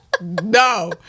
no